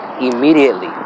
Immediately